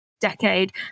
decade